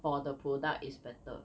for the product is better